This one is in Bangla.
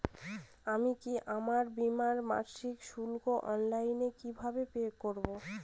আমি কি আমার বীমার মাসিক শুল্ক অনলাইনে কিভাবে পে করব?